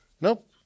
Nope